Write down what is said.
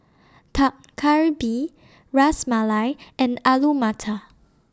Dak Galbi Ras Malai and Alu Matar